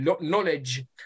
knowledge